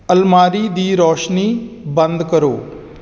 ਅਲਮਾਰੀ ਦੀ ਰੌਸ਼ਨੀ ਬੰਦ ਕਰੋ